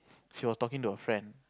she was talking to a friend